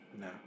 No